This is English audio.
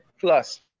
plus